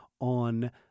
on